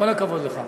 כל הכבוד לך.